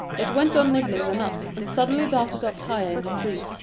but went on nibbling the nuts, and suddenly darted up higher in the tree,